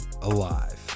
alive